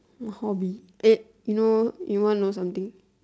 no hobby eh you know you wanna know something